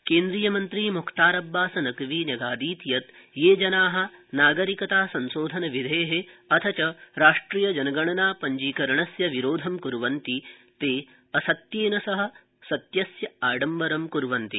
नकवी केन्द्रीयमंत्री मुख्तार अब्बास नकवी न्यगादीत यत् ये जना नागरिकता संशोधन विधे अथ च राष्ट्रीय जनगणना पञ्जीकरणस्य विरोधं कुर्वन्ति ते असत्येन सह सत्यस्य आडम्बरं क्र्वन्ति